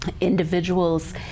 individuals